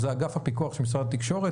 זה אגף הפיקוח של משרד התקשורת?